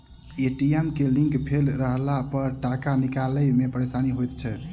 ATM के link fail रहलापर टाका निकालै मे परेशानी होइत छै